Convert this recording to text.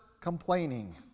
complaining